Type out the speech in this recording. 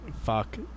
fuck